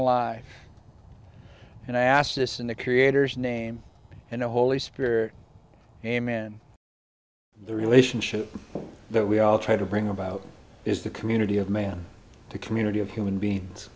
alive and i ask this in the creator's name and the holy spirit am in the relationship that we all try to bring about is the community of man to community of human beings